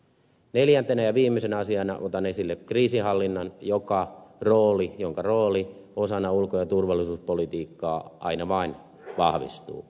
neljäntenä ja viimeisenä asiana otan esille kriisinhallinnan jonka rooli osana ulko ja turvallisuuspolitiikkaa aina vain vahvistuu